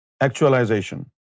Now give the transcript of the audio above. actualization